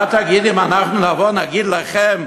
מה תגיד אם אנחנו נבוא, נגיד לכם: